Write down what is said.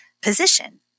position